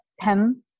pen